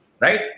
Right